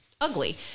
ugly